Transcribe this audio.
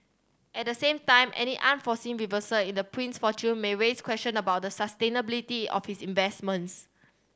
at the same time any unforeseen reversal in the prince's fortune may raise question about the sustainability of his investments